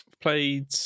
played